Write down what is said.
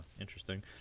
interesting